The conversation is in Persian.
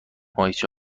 ماهیچه